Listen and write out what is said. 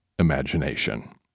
imagination